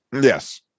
Yes